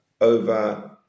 over